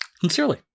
Sincerely